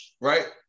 right